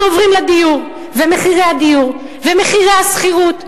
אנחנו עוברים לדיור, ומחירי הדיור ומחירי השכירות.